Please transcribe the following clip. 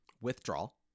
Withdrawal